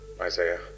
Isaiah